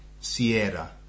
Sierra